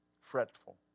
Fretful